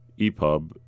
EPUB